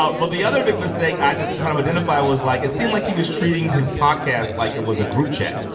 ah but the other big mistake i just kind of identify was like it seemed like he was treating his podcast like it was a group chat.